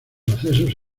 accesos